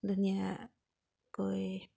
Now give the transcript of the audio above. ধুনীয়াকৈ